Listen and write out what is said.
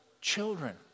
children